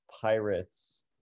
Pirates